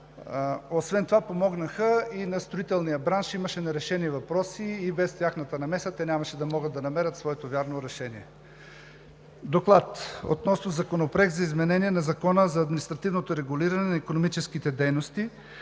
Освен това помогнаха и на строителния бранш. Имаше нерешени въпроси и без тяхната намеса те нямаше да могат да намерят своето вярно решение. „Доклад относно Законопроект за изменение на Закона за административното регулиране на икономическите дейности,